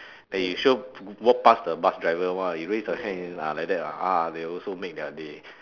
then you sure walk past the bus driver [one] you raise your hand ah like that ah that'll also make their day